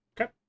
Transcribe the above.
okay